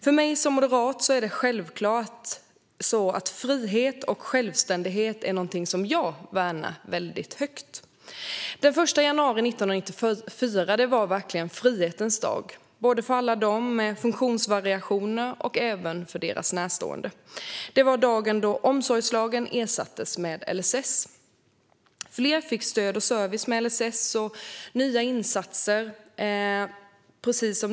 För mig som moderat värnar jag självklart frihet och självständighet väldigt högt. Den 1 januari 1994 var verkligen en frihetens dag för alla med funktionsvariationer och för deras närstående. Det var dagen då omsorgslagen ersattes med LSS. Fler fick stöd och service med LSS.